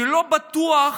שלא בטוח